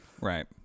Right